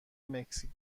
مکزیک